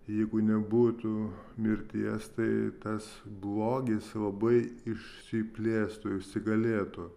jeigu nebūtų mirties tai tas blogis labai išsiplėstų įsigalėtų